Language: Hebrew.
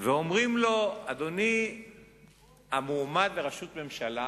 ואומרים לו: אדוני המועמד לראשות ממשלה,